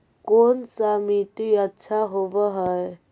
कोन सा मिट्टी अच्छा होबहय?